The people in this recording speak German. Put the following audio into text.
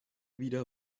wieder